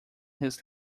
his